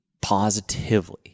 positively